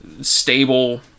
stable